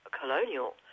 colonial